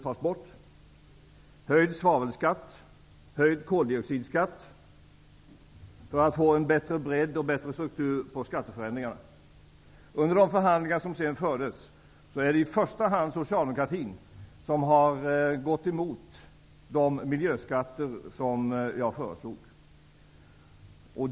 Vidare gällde det höjd svavelskatt och höjd koldioxidskatt för att få en bättre bredd och bättre struktur på skatteförändringarna. Under de förhandlingar som sedan fördes är det i första hand Socialdemokraterna som har gått emot de miljöskatter som jag föreslog.